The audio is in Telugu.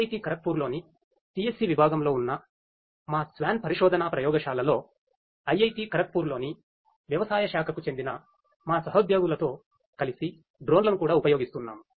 IIT ఖరగ్పూర్లోని CSE విభాగంలో ఉన్న మా SWAN పరిశోధనా ప్రయోగశాలలో IIT ఖరగ్పూర్లోని వ్యవసాయ శాఖకు చెందిన మా సహోద్యోగులతో కలిసి డ్రోన్లను కూడా ఉపయోగిస్తున్నాము